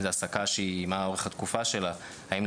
האם,